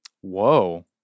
Whoa